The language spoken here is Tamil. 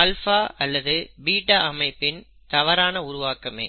ஆல்ஃபா அல்லது பீட்டா அமைப்பின் தவறான உருவாக்கமே